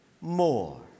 more